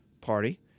Party